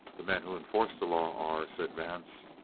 the men who enforce the law are, said vance.